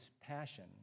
passion